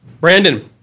Brandon